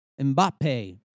Mbappe